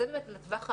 זה לטווח הארוך.